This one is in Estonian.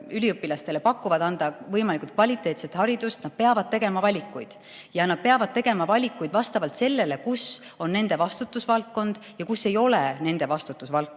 üliõpilastele pakuvad, võimalikult kvaliteetset haridust, tegema valikuid. Ja nad peavad tegema valikuid vastavalt sellele, mis on nende vastutusvaldkond ja mis ei ole nende vastutusvaldkond.